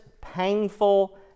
painful